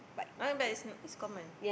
uh but it's not it's common